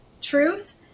truth